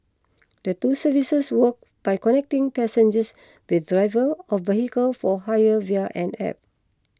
the two services work by connecting passengers with drivers of vehicles for hire via an App